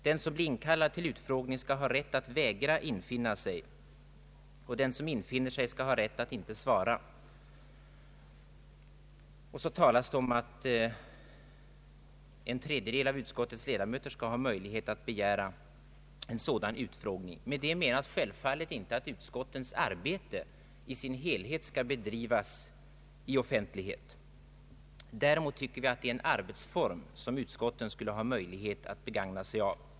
Den som blir kallad till utfrågning skall ha rätt att vägra infinna sig, och den som infinner sig skall ha rätt att vägra svara. Vidare talas det om att en tredjedel av utskottets ledamöter skall ha möjlighet att begära en sådan utfrågning. Vi menar självfallet inte att utskottets arbete i sin helhet skall bedrivas i offentlighet. Däremot anser vi att detta är en arbetsform som utskotten bör ha möjlighet att begagna sig av.